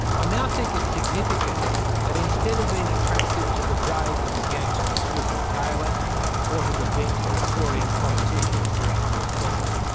i now think it significant that, instead of being attracted to the grave of the gangster squizzy taylor or to the bent victorian politician sir thomas bent,